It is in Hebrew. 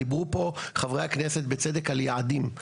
דיברו פה חברי הכנסת בצדק על היעדים,